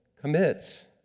commits